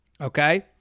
okay